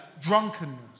drunkenness